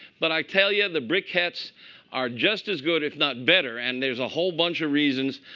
but i tell you, the briquettes are just as good, if not better. and there's a whole bunch of reasons.